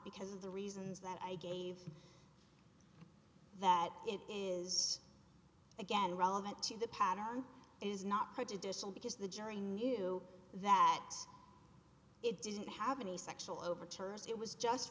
because of the reasons that i gave that it is again relevant to the patent is not prejudicial because the jury knew that it didn't have any sexual overtures it was just